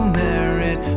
merit